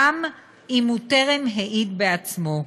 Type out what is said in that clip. גם אם הוא טרם העיד בעצמו.